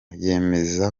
yemeza